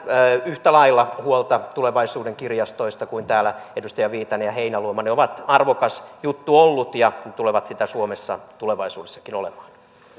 yhtä lailla huolta tulevaisuuden kirjastoista kuin täällä edustajat viitanen ja heinäluoma ne ovat arvokas juttu olleet ja tulevat sitä suomessa tulevaisuudessakin olemaan